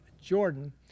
Jordan